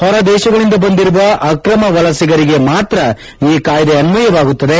ಹೊರ ದೇಶಗಳಿಂದ ಬಂದಿರುವ ಅಕ್ರಮ ವಲಸಿಗರಿಗೆ ಮಾತ್ರ ಈ ಕಾಯ್ದೆ ಅನ್ವಯವಾಗುತ್ತದೆ